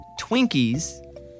Twinkies